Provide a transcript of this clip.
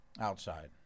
Outside